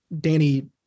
Danny